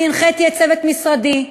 הנחיתי את צוות משרדי,